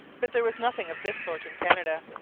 but there was nothing of this sort in canada.